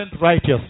righteous